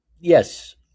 Yes